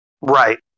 Right